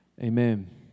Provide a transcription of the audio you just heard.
amen